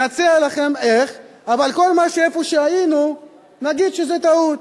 נציע לכם איך, אבל כל איפה שהיינו נגיד שזו טעות.